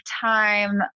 time